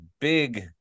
big